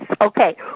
Okay